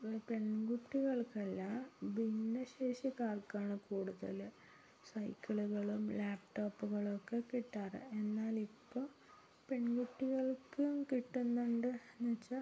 പെൺകുട്ടികൾക്കല്ല ഭിന്നശേഷിക്കാർക്കാണ് കൂടുതൽ സൈക്കിളുകളും ലാപ്ടോപ്പുകളൊക്കെ കിട്ടാറ് എന്നാലിപ്പോൾ പെൺകുട്ടികൾക്കും കിട്ടുന്നുണ്ട് എന്നു വച്ചാൽ